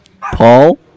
Paul